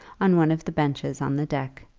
on one of the benches on the deck,